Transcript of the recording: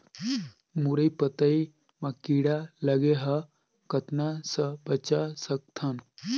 मुरई पतई म कीड़ा लगे ह कतना स बचा सकथन?